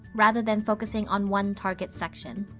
rather than focusing on one target section.